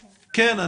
כן.